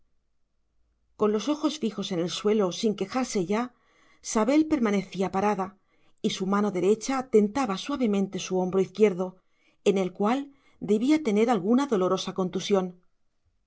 con los ojos fijos en el suelo sin quejarse ya sabel permanecía parada y su mano derecha tentaba suavemente su hombro izquierdo en el cual debía tener alguna dolorosa contusión